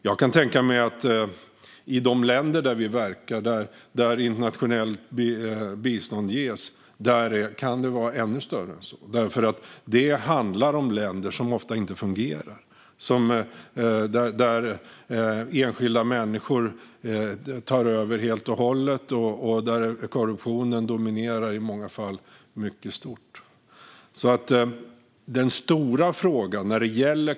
Jag kan tänka mig att i de länder där vi verkar där internationellt bistånd ges, där kan andelen vara ännu större än så eftersom det handlar om länder som ofta inte fungerar, där enskilda människor tar över helt och hållet och där korruptionen i många fall dominerar stort.